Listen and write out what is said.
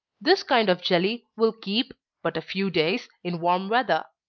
this kind of jelly will keep but a few days, in warm weather.